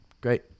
Great